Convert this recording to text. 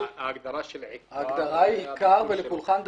ההגדרה היא עיקר ולפולחן דתי.